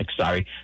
sorry